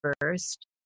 first